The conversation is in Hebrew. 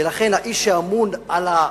ולכן האיש שאמון על,